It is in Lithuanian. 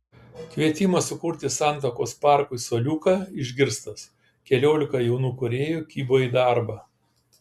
kvietimas sukurti santakos parkui suoliuką išgirstas keliolika jaunų kūrėjų kibo į darbą